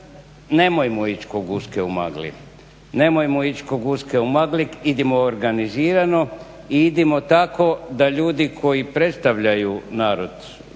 nemojmo ići ko guske u magli, idimo organizirano i idimo tako da ljudi koji predstavljaju narod